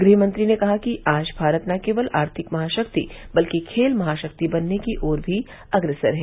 गृहमंत्री ने कहा कि आज भारत न केवल आर्थिक महाशक्ति बल्कि खेल महाशक्ति बनने की ओर भी अग्रसर है